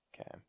Okay